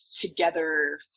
together